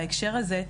בהקשר הזה,